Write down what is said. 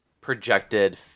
projected